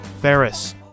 Ferris